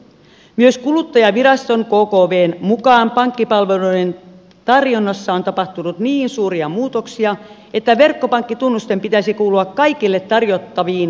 myös kuluttajaviraston kkvn mukaan pankkipalveluiden tarjonnassa on tapahtunut niin suuria muutoksia että verkkopankkitunnusten pitäisi kuulua kaikille tarjottaviin peruspankkipalveluihin